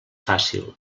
fàcil